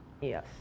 Yes